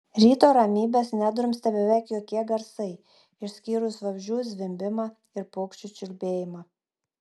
ryto ramybės nedrumstė beveik jokie garsai išskyrus vabzdžių zvimbimą ir paukščių čiulbėjimą